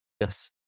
Yes